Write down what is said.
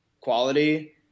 quality